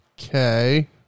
Okay